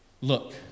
Look